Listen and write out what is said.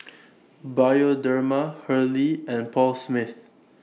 Bioderma Hurley and Paul Smith